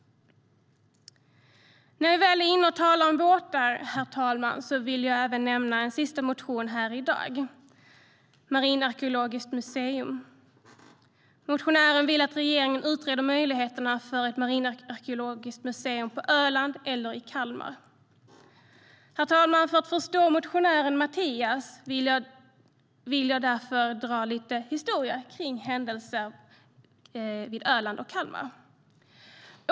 När jag väl talar om båtar, herr talman, vill jag nämna en sista motion här i dag, om ett marinarkeologiskt museum. Motionären vill att regeringen utreder möjligheterna för ett marinarkeologiskt museum på Öland eller i Kalmar. Herr talman! För att förstå motionären Mattias Bäckström Johansson vill jag berätta lite historia om händelser vid Öland och Kalmar.